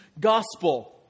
gospel